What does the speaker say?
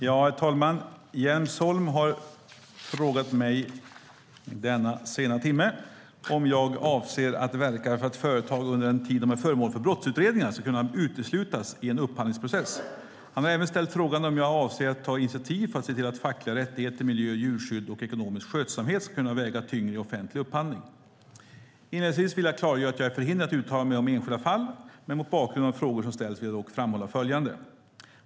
Herr talman! Jens Holm har frågat mig om jag avser att verka för att företag under den tid de är föremål för brottsutredningar ska kunna uteslutas i en upphandlingsprocess. Han har även ställt frågan om jag avser att ta initiativ för att se till att fackliga rättigheter, miljö, djurskydd och ekonomisk skötsamhet ska kunna väga tyngre i offentlig upphandling. Inledningsvis ska jag klargöra att jag är förhindrad att uttala mig om enskilda fall, men mot bakgrund av de frågor som ställts vill jag framhålla följande.